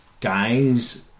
guys